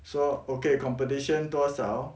说 okay competition 多少